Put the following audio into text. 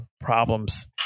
problems